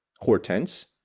Hortense